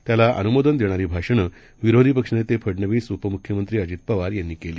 त्यालाअनुमोदनदेणारी भाषणेविरोधीपक्षनेतेफडनवीसउपमुख्यमंत्रीअजितपवारयांनीकेली